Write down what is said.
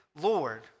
Lord